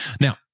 Now